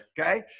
okay